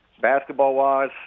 Basketball-wise